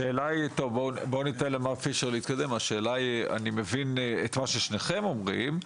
השאלה היא, אני מבין את מה ששניכם אומרים,